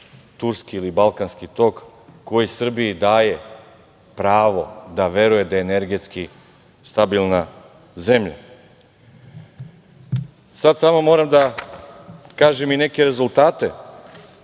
Turski ili Balkanski tok koji Srbiji daje pravo da veruje da je energetski stabilna zemlja. Sada samo moram da kažem i neke rezultate